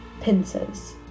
pincers